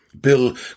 Bill